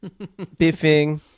biffing